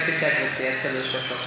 בבקשה, גברתי, עד שלוש דקות.